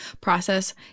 process